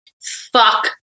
fuck